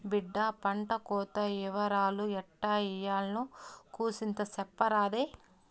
బిడ్డా పంటకోత ఇవరాలు ఎట్టా ఇయ్యాల్నో కూసింత సెప్పరాదే